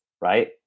Right